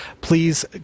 please